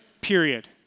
period